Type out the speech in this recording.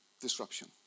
disruption